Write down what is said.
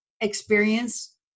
experience